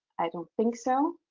i don't think so.